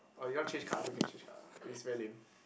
or you want to change card also can change card lah if is very lame